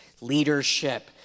leadership